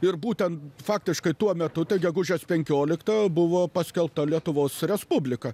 ir būtent faktiškai tuo metu tai gegužės penkiolikta buvo paskelbta lietuvos respublika